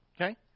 Okay